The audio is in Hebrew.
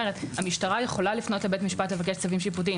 המשטרה יכולה לפנות לבית משפט ולבקש צווים שיפוטיים.